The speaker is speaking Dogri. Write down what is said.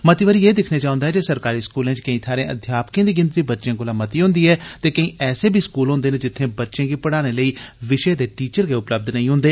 मती बारी एह दिक्खने च औंदा ऐ जे सरकारी स्कूलें च केई थाहरें अध्यापकें दी गिनतरी बच्चें कोला मती होंदी ऐ ते कोई ऐसे बी स्कूल होंदे न जित्थें बच्चें गी पढ़ाने लेई विशय दे टीचर गै उपलब्ध नेईं होंदे